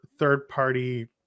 third-party